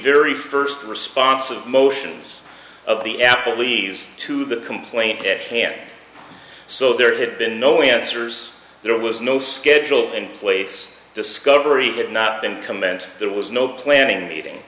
very first responsive motions of the apple leaves to the complaint at hand so there had been no answers there was no schedule in place discovery had not been commenced there was no planning meeting